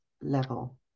level